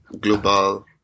global